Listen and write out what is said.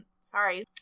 sorry